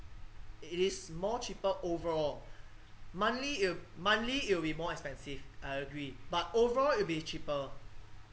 i~ it is more cheaper overall monthly it'll monthly it'll be more expensive I agree but overall it'll be cheaper